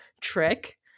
Trick